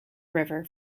river